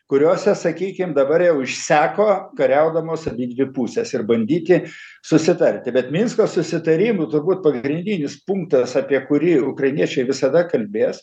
kuriose sakykim dabar jau išseko kariaudamos abidvi pusės ir bandyti susitarti bet minsko susitarimu turbūt pagrindinis punktas apie kurį ukrainiečiai visada kalbės